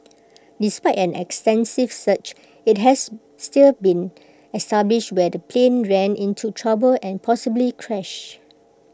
despite an extensive search IT has still been established where the plane ran into trouble and possibly crashed